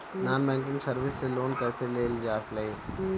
Non banking service से loan कैसे लेल जा ले?